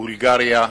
בולגריה,